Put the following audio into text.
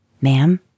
Ma'am